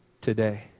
today